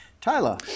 Tyler